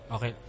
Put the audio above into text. Okay